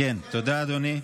תודה, אדוני.